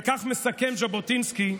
וכך מסכם ז'בוטינסקי: